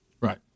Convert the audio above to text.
Right